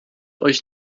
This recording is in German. euch